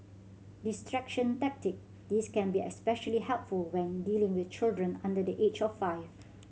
distraction tactic This can be especially helpful when dealing with children under the age of five